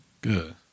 Good